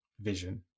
vision